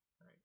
right